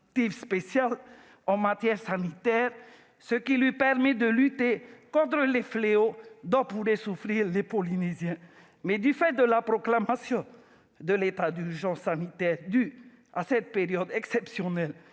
en matière sanitaire, ce qui lui permet de lutter contre les fléaux dont pourraient souffrir les Polynésiens. Mais, en raison de la proclamation de l'état d'urgence sanitaire due à cette période exceptionnelle,